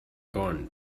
going